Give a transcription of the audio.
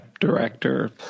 director